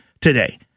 today